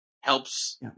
helps